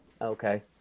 Okay